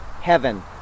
heaven